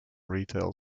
retail